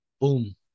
Boom